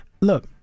look